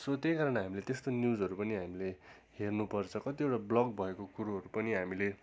so त्यही कारणले हामीले त्यस्तो न्युजहरू पनि हामीले हेर्नुपर्छ कतिवटा ब्लक भएको कुरोहरू पनि हामीले